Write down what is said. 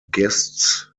guests